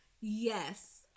Yes